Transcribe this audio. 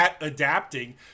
adapting